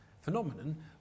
phenomenon